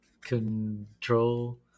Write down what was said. control